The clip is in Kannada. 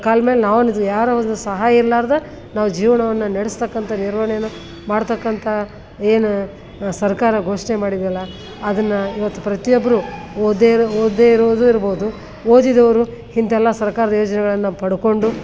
ಕಾಲ್ಮೇಲೆ ನಾವು ನಿಂತ್ಕಂಡು ಯಾರ ಒಂದು ಸಹಾಯ ಇರಲಾರ್ದ ನಾವು ಜೀವನವನ್ನು ನಡೆಸ್ತಕ್ಕಂತ ನಿರ್ವಹಣೆಯನ್ನು ಮಾಡ್ತಕ್ಕಂತ ಏನು ಸರ್ಕಾರ ಘೋಷಣೆ ಮಾಡಿದೆ ಅಲ್ಲ ಅದನ್ನು ಇವತ್ತು ಪ್ರತಿಯೊಬ್ಬರು ಓದದೆ ಇರೋರು ಓದದೆ ಇರೋದು ಇರ್ಬೋದು ಓದಿದವರು ಇಂತಲ್ಲ ಸರಕಾರದ ಯೋಜನೆಗಳನ್ನು ಪಡಕೊಂಡು